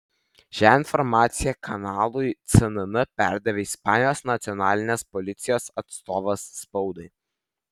šią informaciją kanalui cnn perdavė ispanijos nacionalinės policijos atstovas spaudai